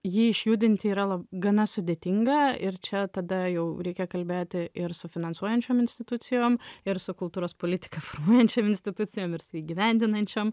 jį išjudinti yra gana sudėtinga ir čia tada jau reikia kalbėti ir su finansuojančiom institucijom ir su kultūros politiką formuojančiom institucijom ir su įgyvendinančiom